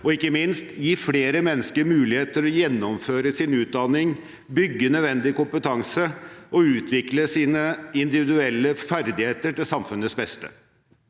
og ikke minst gi flere mennesker mulighet til å gjennomføre sin utdanning, bygge nødvendig kompetanse og utvikle sine individuelle ferdigheter til samfunnets beste.